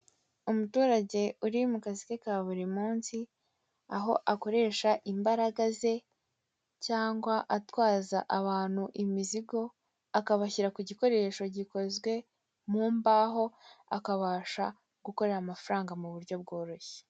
Unuturage uri mukazi ke kaburimunsi aho akoresha imbaraga ze cyangwa atwaza abantu imizigo akabashyira kugikoresho gikozwe mumbaho akabasha gukorera amafaranga muburyo bworoshye.